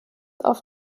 auf